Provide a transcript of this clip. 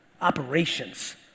Operations